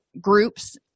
groups